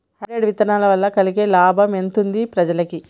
Hybrid విత్తనాల వలన కలిగే లాభం ఎంతుంది ప్రజలకి?